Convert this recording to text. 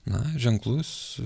na ženklus